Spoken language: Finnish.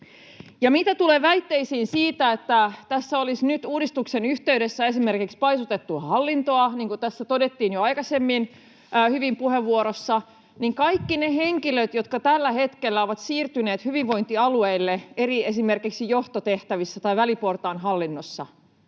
Mitä tulee väitteisiin siitä, että tässä uudistuksen yhteydessä olisi nyt esimerkiksi paisutettu hallintoa, niin niin kuin tässä aikaisemmin jo hyvin todettiin puheenvuorossa, kaikki ne henkilöt, jotka tällä hetkellä ovat siirtyneet hyvinvointialueille esimerkiksi eri johtotehtäviin tai väliportaan hallinntoon,